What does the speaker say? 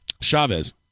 Chavez